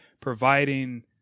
providing